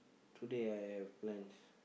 today I have plans